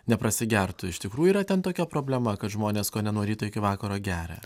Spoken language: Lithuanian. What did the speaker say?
neprasigertų iš tikrųjų yra ten tokia problema kad žmonės kone nuo ryto iki vakaro geria